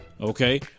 Okay